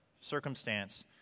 circumstance